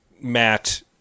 Matt